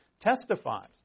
testifies